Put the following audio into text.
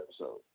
episode